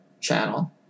channel